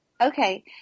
Okay